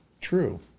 true